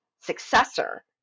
successor